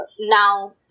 Now